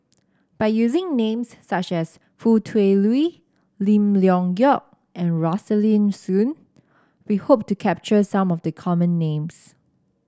by using names such as Foo Tui Liew Lim Leong Geok and Rosaline Soon we hope to capture some of the common names